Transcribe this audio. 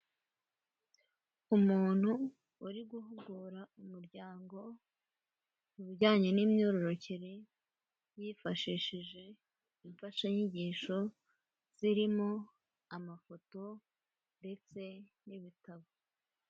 Umuntu uri guhugura umuryango ibijyanye n'imyororokere yifashishije imfashanyigisho zirimo amafoto ndetse n'ibitabo.